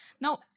no